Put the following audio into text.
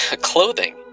Clothing